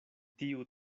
tiu